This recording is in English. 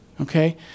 okay